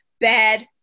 Bad